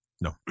No